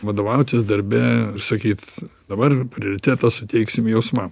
vadovautis darbe ir sakyt dabar prioritetą suteiksim jausmam